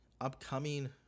upcoming